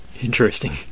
Interesting